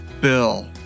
bill